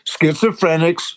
schizophrenics